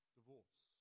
divorce